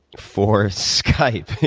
for skype